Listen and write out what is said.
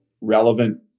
relevant